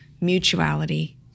mutuality